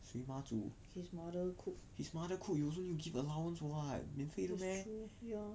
his mother cooks it's true ya